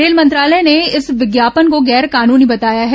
rail मंत्रालय ने इस विज्ञापन को गैर कानूनी बताया है